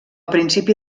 principi